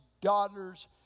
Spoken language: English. daughters